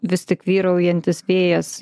vis tik vyraujantis vėjas